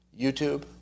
YouTube